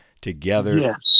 together